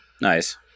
Nice